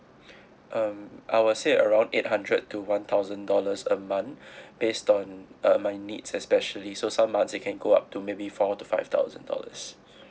um I would say around eight hundred to one thousand dollars a month based on uh my needs especially so some months it can go up to maybe four to five thousand dollars